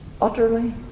Utterly